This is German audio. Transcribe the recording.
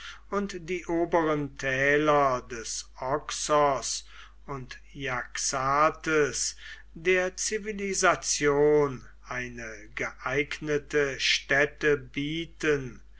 und die oberen täler des oxos und jaxartes der zivilisation eine geeignete stätte bieten